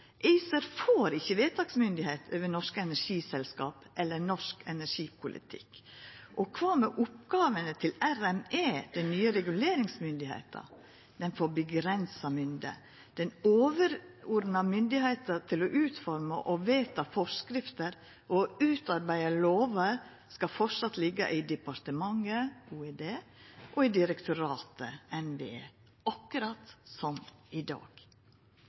ACER får ikkje vedtaksmyndigheit over norske energiselskap eller norsk energipolitikk. Og kva med oppgåvene til RME, den nye reguleringsmyndigheita? Ho får avgrensa mynde. Den overordna myndigheita til å utforma og vedta forskrifter og utarbeida lover skal framleis liggja i departementet, OED, og i direktoratet, NVE – akkurat som i dag.